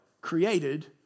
created